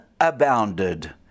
abounded